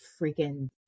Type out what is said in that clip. freaking